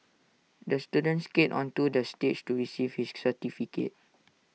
the student skated onto the stage to receive his certificate